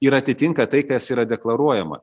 ir atitinka tai kas yra deklaruojama